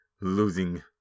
losing